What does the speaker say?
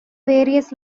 various